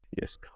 Yes